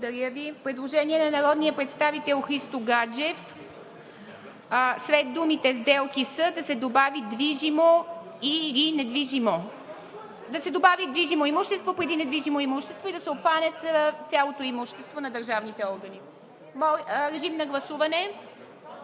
е прието. Предложение на народния представител Христо Гаджев след думите „сделки с“ да се добави „движимо или недвижимо“ – да се добави „движимо имущество“ преди „недвижимо имущество“ и да се обхване цялото имущество на държавните органи. Гласували